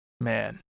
man